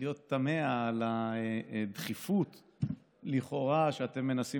להיות תמה על הדחיפות לכאורה שאתם מנסים